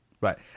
Right